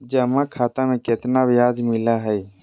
जमा खाता में केतना ब्याज मिलई हई?